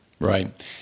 Right